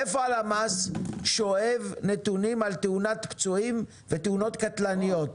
מאיפה הלמ"ס שואב נתונים על תאונת פצועים ותאונות קטלניות?